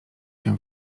się